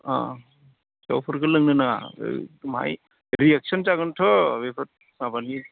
अ जौफोरखौ लोंनो नाङा अ ए माय रियेक्स'न जागोनथ' बेफोर माबायो